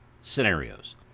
scenarios